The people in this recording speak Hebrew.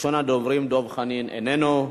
ראשון הדוברים, דב חנין, איננו,